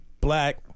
black